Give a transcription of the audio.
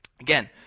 Again